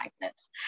magnets